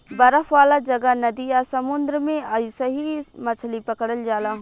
बरफ वाला जगह, नदी आ समुंद्र में अइसही मछली पकड़ल जाला